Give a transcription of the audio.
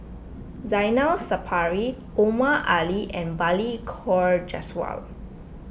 Zainal Sapari Omar Ali and Balli Kaur Jaswal